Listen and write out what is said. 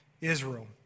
Israel